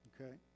Okay